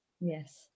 Yes